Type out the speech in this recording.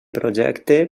projecte